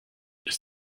ist